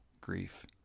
grief